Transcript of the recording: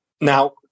Now